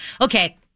okay